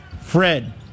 Fred